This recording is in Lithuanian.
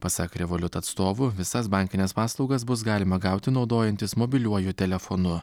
pasak revoliut atstovų visas bankines paslaugas bus galima gauti naudojantis mobiliuoju telefonu